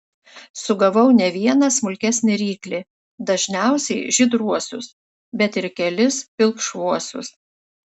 sugavau ne vieną smulkesnį ryklį dažniausiai žydruosius bet ir kelis pilkšvuosius